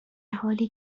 حالی